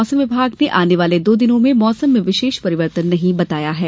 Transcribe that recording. मौसम विभाग ने आने वाले दो दिनों में मौसम में विशेष परिवर्तन नहीं बताया है